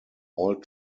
all